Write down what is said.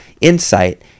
insight